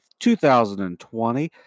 2020